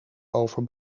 over